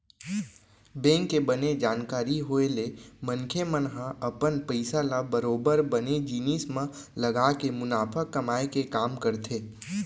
bank के बने जानकारी होय ले मनखे मन ह अपन पइसा ल बरोबर बने जिनिस म लगाके मुनाफा कमाए के काम करथे